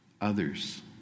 others